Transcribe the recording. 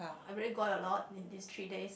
I really got a lot in these three days